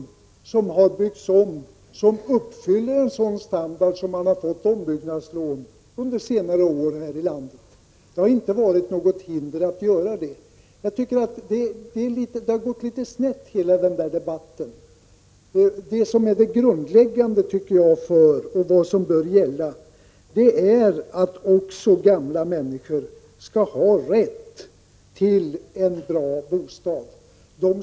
Dessa har byggts om och uppfyller en sådan standard. Det har inte funnits något hinder mot att göra så. Jag tycker att hela den här debatten har gått litet snett. Det grundläggande borde vara att också gamla människor skall ha rätt till en bra bostad.